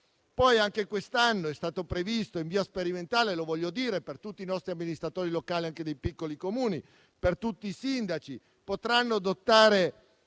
Poi anche quest'anno è stata prevista in via sperimentale - lo voglio dire a tutti i nostri amministratori locali, anche dei piccoli Comuni, e a tutti i sindaci - la